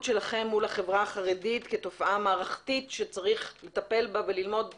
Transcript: שלכם מול החברה החרדית כתופעה מערכתית שצריך לטפל בה וללמוד אותה?